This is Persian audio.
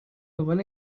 عنوان